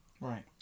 right